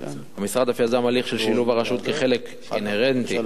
המשרד אף יזם הליך של שילוב הרשות כחלק אינהרנטי במכרז